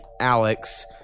Alex